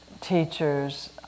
teachers